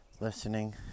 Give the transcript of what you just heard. listening